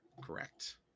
correct